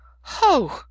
Ho